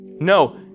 No